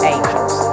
Angels